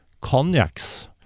cognacs